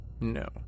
No